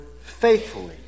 faithfully